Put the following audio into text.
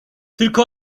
tylko